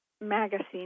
magazine